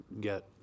get